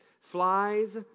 Flies